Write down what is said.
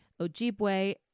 Ojibwe